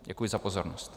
Děkuji za pozornost.